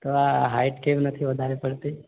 તો આ હાઇટ કેમ નથી વધારે પડતી